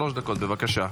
שלוש דקות, בבקשה.